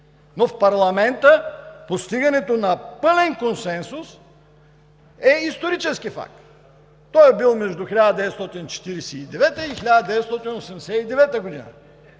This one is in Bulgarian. Но в парламента постигането на пълен консенсус е исторически факт. Той е бил между 1949 г. и 1989 г.,